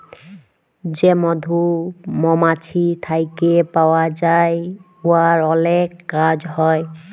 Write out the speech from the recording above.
যে মধু মমাছি থ্যাইকে পাউয়া যায় উয়ার অলেক কাজ হ্যয়